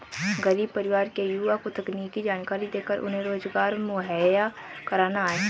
गरीब परिवार के युवा को तकनीकी जानकरी देकर उन्हें रोजगार मुहैया कराना है